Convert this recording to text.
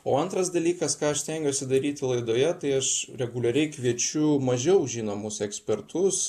o antras dalykas ką aš stengiuosi daryti laidoje tai aš reguliariai kviečiu mažiau žinomus ekspertus